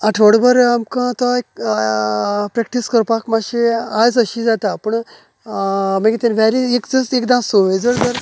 आठवडोभर आमकां तो एक प्रॅक्टीस करपाक मातशें आज अशी पूण मागीर ते वॅरी एकसस एकदा सवय जर जाली